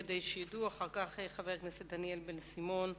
כדי שידעו: חברי הכנסת דניאל בן-סימון,